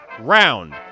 round